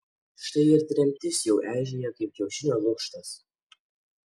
štai ir tremtis jau eižėja kaip kiaušinio lukštas